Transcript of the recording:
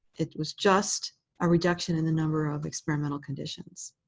it was just a reduction in the number of experimental conditions.